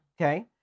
okay